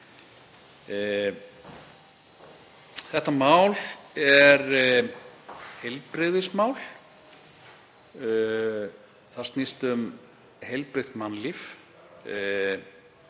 Þetta mál er heilbrigðismál. Það snýst um heilbrigt mannlíf